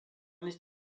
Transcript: nicht